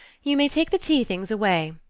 you may take the tea-things away.